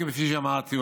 כפי שאמרתי,